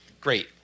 great